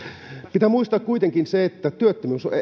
pitää muistaa kuitenkin se että työttömyys on